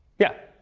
yeah?